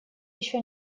еще